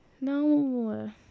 No